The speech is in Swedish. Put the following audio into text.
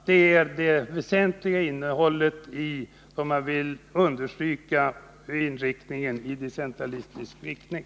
Detta är det väsentliga när det gäller inriktningen på decentralisering.